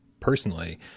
personally